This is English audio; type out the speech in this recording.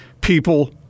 people –